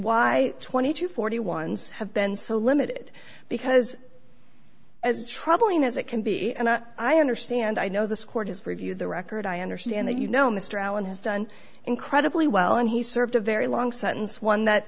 why twenty to forty one's have been so limited because as troubling as it can be and i understand i know this court has reviewed the record i understand that you know mr allen has done incredibly well and he served a very long sentence one that